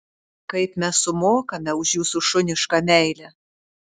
kaip mes sumokame už jūsų šunišką meilę